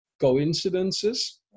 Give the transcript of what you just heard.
coincidences